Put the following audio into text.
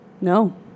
No